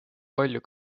palju